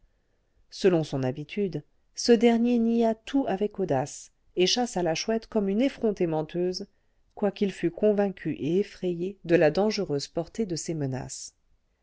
selon son habitude ce dernier nia tout avec audace et chassa la chouette comme une effrontée menteuse quoiqu'il fût convaincu et effrayé de la dangereuse portée de ses menaces